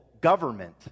government